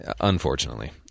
Unfortunately